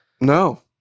No